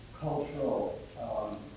cultural